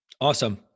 Awesome